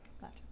Gotcha